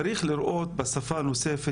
הַחֲבֵרָה עאידה תומא סלימאן.